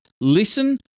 listen